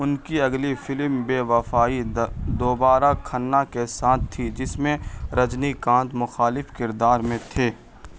ان کی اگلی film Bewafai دوبارہ کھنہ کے ساتھ تھی جس میں رجنی کانت مخالف کردار میں تھے